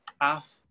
half